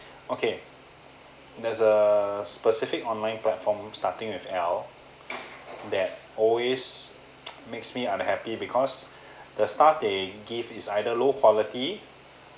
okay there's a specific online platform starting with l that always makes me unhappy because the stuff they give is either low quality